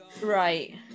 Right